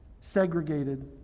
segregated